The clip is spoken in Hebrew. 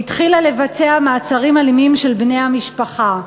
והתחילה לבצע מעצרים אלימים של בני המשפחה.